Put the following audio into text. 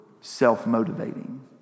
self-motivating